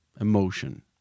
emotion